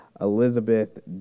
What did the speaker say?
Elizabeth